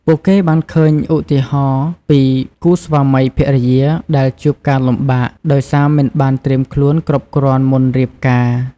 ពួកគេបានឃើញឧទាហរណ៍ពីគូស្វាមីភរិយាដែលជួបការលំបាកដោយសារមិនបានត្រៀមខ្លួនគ្រប់គ្រាន់មុនរៀបការ។